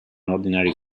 ordinary